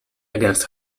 against